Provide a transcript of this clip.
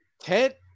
Ted